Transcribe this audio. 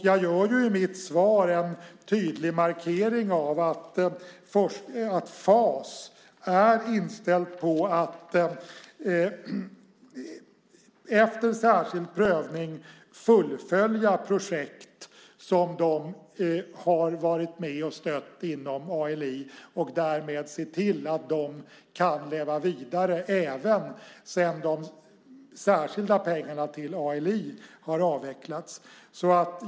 Jag gör i mitt svar en tydlig markering av att FAS är inställt på att efter särskild prövning fullfölja projekt som de har varit med och stött inom ALI och därmed se till att de kan leva vidare även sedan de särskilda pengarna till ALI har avvecklats.